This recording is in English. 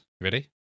Ready